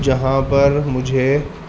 جہاں پر مجھے